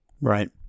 right